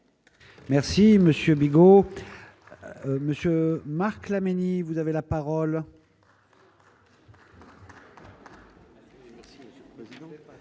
Merci Monsieur Bigot monsieur Marc Laménie, vous avez la parole.